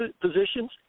positions